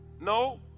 No